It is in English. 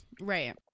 right